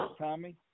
Tommy